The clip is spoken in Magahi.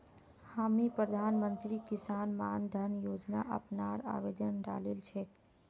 हामी प्रधानमंत्री किसान मान धन योजना अपनार आवेदन डालील छेक